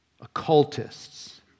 occultists